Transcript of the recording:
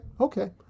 Okay